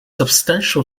substantial